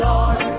Lord